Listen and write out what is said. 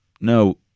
No